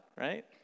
right